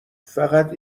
فقط